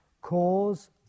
cause